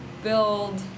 build